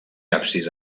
absis